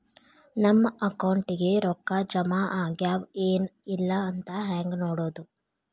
ನಮ್ಮ ಅಕೌಂಟಿಗೆ ರೊಕ್ಕ ಜಮಾ ಆಗ್ಯಾವ ಏನ್ ಇಲ್ಲ ಅಂತ ಹೆಂಗ್ ನೋಡೋದು?